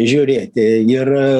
žiūrėti ir